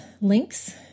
links